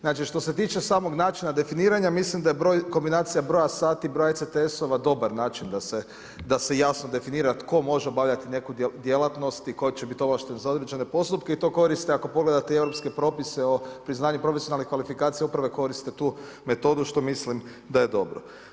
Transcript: Znači što se tiče samog načina definiranja mislim da je broj kombinacija broja sati, broja … dobar način da se jasno definira tko može obavljati neku djelatnost i tko će biti ovlašten za određene postupke i to koriste ako pogledate i europske propise o priznanju profesionalnih kvalifikacije, uprave koriste tu metodu što mislim da je dobro.